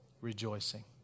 rejoicing